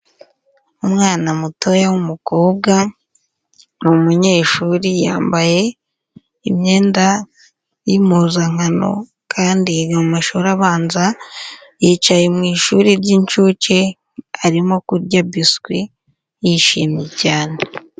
Umwana muto w'umukobwa ni umunyeshuri yambaye imyenda yimpuzankano kandi yiga mu mashuri abanza, yicaye mu ishuri ry'inshuke arimo kurya biswi yishimye cyane.